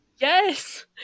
Yes